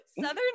Southern